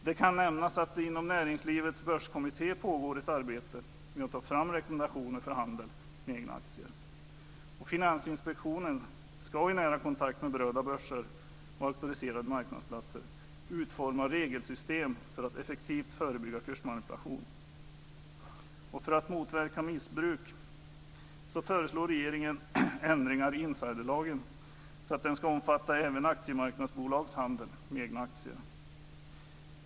Det kan nämnas att det inom Näringslivets börskommitté pågår ett arbete med att ta fram rekommendationer för handel med egna aktier. Finansinspektionen ska i nära kontakt med berörda börser och auktoriserade marknadsplatser utforma regelsystem för att effektivt förebygga kursmanipulation. För att motverka missbruk föreslår regeringen ändringar i insiderlagen så att den ska omfatta även aktiemarknadsbolags handel med egna aktier.